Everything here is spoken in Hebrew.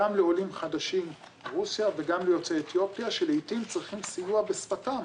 גם לעולים חדשים מרוסיה וגם ליוצאי אתיופיה שלעתים צריכים סיוע בשפתם,